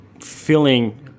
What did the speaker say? feeling